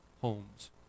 homes